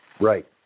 Right